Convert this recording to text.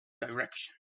direction